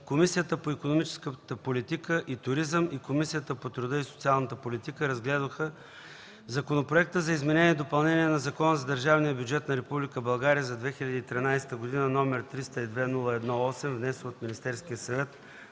Комисията по икономическата политика и туризъм и Комисията по труда и социалната политика разгледаха Законопроекта за изменение и допълнение на Закона за държавния бюджет на Република България за 2013 г., № 302-01-8, внесен от Министерския съвет